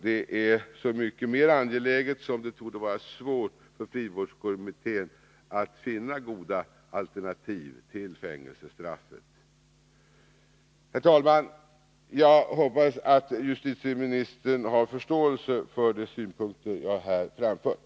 Detta är så mycket mer angeläget som det torde vara svårt för frivårdskommittén att finna goda alternativ till fängelsestraffet. Herr talman! Jag hoppas justitieministern har förståelse för de synpunkter jag här framfört.